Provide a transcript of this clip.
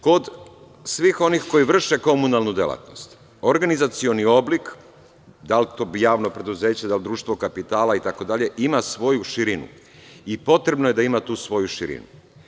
Kod svih onih koji vrše komunalnu delatnost, organizacioni oblik, da li je to javno preduzeće, društvo kapitala itd, ima svoju širinu i potrebno je da ima tu svoju širinu.